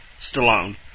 Stallone